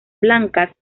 blancas